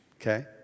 okay